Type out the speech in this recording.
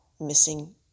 missing